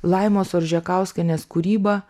laimos oržekauskienės kūryba